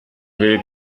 will